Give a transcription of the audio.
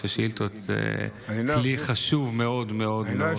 שאילתות זה כלי חשוב מאוד מאוד.